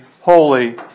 holy